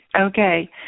Okay